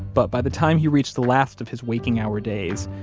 but by the time he reached the last of his waking hour days,